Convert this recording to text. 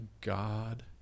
God